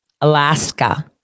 Alaska